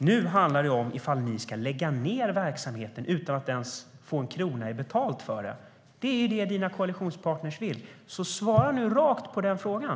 Nu handlar det om ifall ni ska lägga ned verksamheten utan att ens en krona betalt för det. Det är det dina koalitionspartner vill. Svara nu rakt på den frågan!